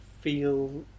feel